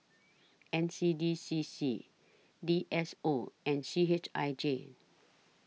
N C D C C D S O and C H I J